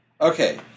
Okay